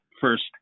first